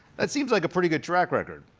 that seems like a pretty good track record.